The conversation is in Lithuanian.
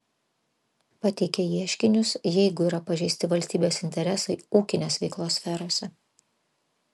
pateikia ieškinius jeigu yra pažeisti valstybės interesai ūkinės veiklos sferose